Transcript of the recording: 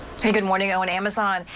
hey good morning owen amazon,